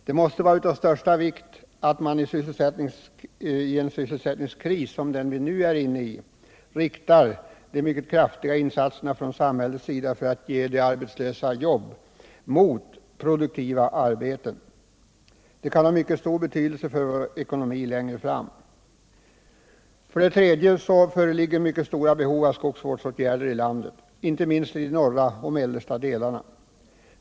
Det måste vara av största vikt att man i en sysselsättningskris som den vi nu är inne i riktar de mycket kraftiga insatserna från samhällets sida för att ge de arbetslösa jobb mot produktiva arbeten. Det kan ha mycket stor betydelse för vår ekonomi längre fram. För det tredje föreligger mycket stora behov av skogsvårdsåtgärder i landet, inte minst i de norra och mellersta delarna.